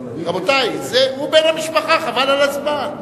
הוא בן המשפחה, חבל על הזמן.